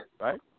Right